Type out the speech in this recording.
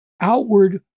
outward